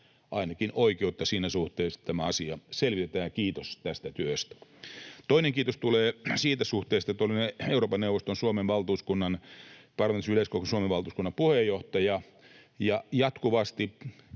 ainakin siinä suhteessa, että tämä asia selvitetään. Kiitos tästä työstä. Toinen kiitos tulee siitä suhteesta, että olen Euroopan neuvoston parlamentaarisen yleiskokouksen Suomen valtuuskunnan puheenjohtaja ja jatkuvasti,